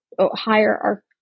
higher